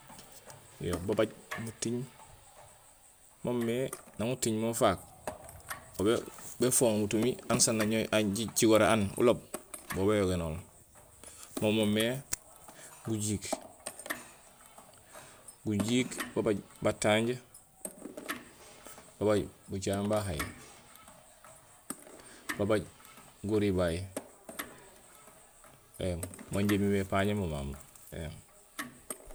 Yo babaj mutiiŋ maamé naŋ utiiŋ mo ufaak mo bé-béfoŋo butumi anusaan aŋowé, jicigoré aan ulook mo béyogénool, mo moomé gujiik, babaj batanj, babaj bucaŋéén bahaay, babaj guribaay, éém man injé imiméé éém